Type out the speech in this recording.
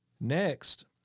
Next